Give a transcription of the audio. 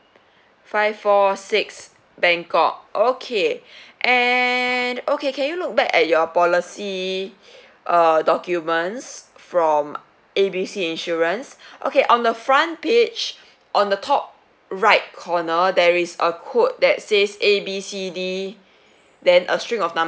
five four six bangkok okay and okay can you look back at your policy uh documents from A B C insurance okay on the front page on the top right corner there is a quote that says A B C D then a string of